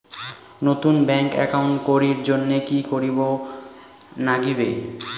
নতুন bank account করির জন্যে কি করিব নাগিবে?